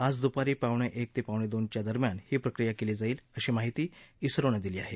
आज दुपारी पावणेएक ते पाणेदोनच्या दरम्यान ही प्रक्रिया केली जाईल अशी माहिती उत्रोनं दिली आहे